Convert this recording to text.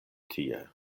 tie